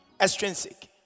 extrinsic